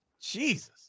Jesus